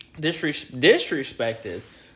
disrespected